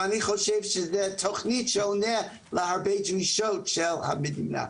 ואני חושב שזה תוכנית שעונה להרבה דרישות של המדינה,